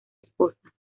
esposa